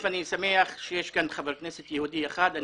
אני שמח שנמצא כאן חבר כנסת יהודי אחד.